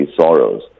sorrows